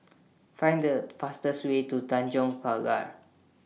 Find The fastest Way to Tanjong Pagar